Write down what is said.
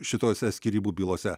šitose skyrybų bylose